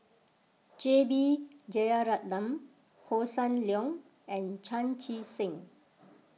J B Jeyaretnam Hossan Leong and Chan Chee Seng